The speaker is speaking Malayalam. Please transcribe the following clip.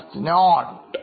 nest notes